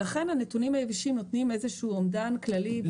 לכן הנתונים היבשים נותנים אומדן כללי.